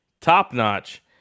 top-notch